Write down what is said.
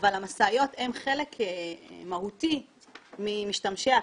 אבל המשאיות הן חלק מהותי ממשתמשי הכביש,